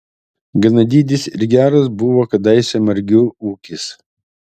gana didis ir geras buvo kadaise margių ūkis